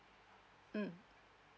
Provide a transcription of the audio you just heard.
mm